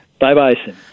Bye-bye